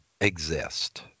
exist